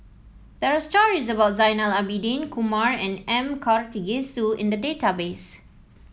there are stories about Zainal Abidin Kumar and M Karthigesu in the database